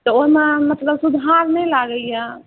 तऽ ओहिमे मतलब सुधार नहि लागैए